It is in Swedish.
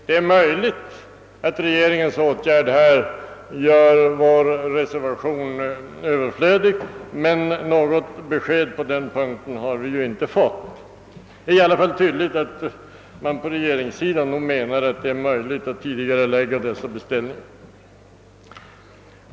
Det är möjligt att regeringens åtgärd gör vår reservation överflödig, men något besked på den punkten har vi ju inte fått. Tydligt är i alla fall att man på regeringssidan menar att det är möjligt att tidigarelägga ifrågavarande beställningar.